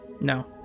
No